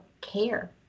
care